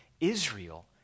Israel